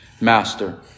master